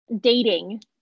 dating